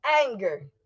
anger